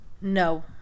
No